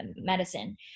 medicine